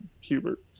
Hubert